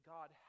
God